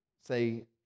say